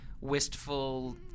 wistful